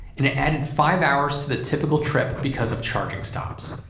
and it added five hours to the typical trip because of charging stops.